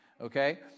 okay